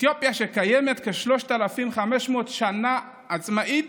אתיופיה, שקיימת כ-3,500 שנה, עצמאית,